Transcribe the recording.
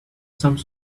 some